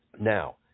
Now